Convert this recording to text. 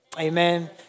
Amen